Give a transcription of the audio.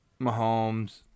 Mahomes